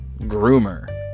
Groomer